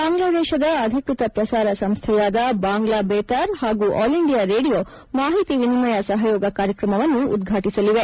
ಬಾಂಗ್ಲಾದೇಶದ ಅಧಿಕೃತ ಪ್ರಸಾರ ಸಂಸ್ಥೆಯಾದ ಬಾಂಗ್ಲಾ ಬೇತಾರ್ ಹಾಗೂ ಆಲ್ ಇಂಡಿಯಾ ರೇಡಿಯೋ ಮಾಹಿತಿ ವಿನಿಮಯ ಸಹಯೋಗ ಕಾರ್ಯಕ್ರಮವನ್ನು ಉದ್ಘಾಟಿಸಲಿದೆ